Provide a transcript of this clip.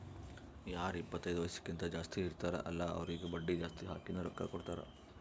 ಯಾರು ಇಪ್ಪತೈದು ವಯಸ್ಸ್ಕಿಂತಾ ಜಾಸ್ತಿ ಇರ್ತಾರ್ ಅಲ್ಲಾ ಅವ್ರಿಗ ಬಡ್ಡಿ ಜಾಸ್ತಿ ಹಾಕಿನೇ ರೊಕ್ಕಾ ಕೊಡ್ತಾರ್